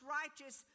righteous